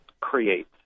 create